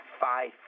five